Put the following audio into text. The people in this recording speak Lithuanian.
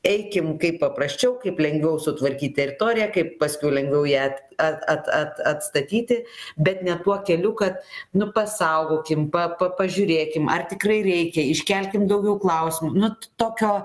eikim kaip paprasčiau kaip lengviau sutvarkyt teritoriją kaip paskiau lengviau ją at at at atstatyti bet ne tuo keliu kad nu pasaugokim pa pa pažiūrėkim ar tikrai reikia iškelkim daugiau klausimų nu t tokio